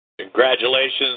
Congratulations